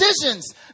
decisions